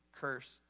curse